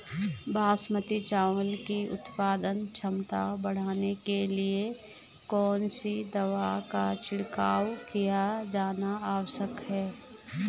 बासमती चावल की उत्पादन क्षमता बढ़ाने के लिए कौन सी दवा का छिड़काव किया जाना आवश्यक है?